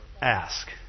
Ask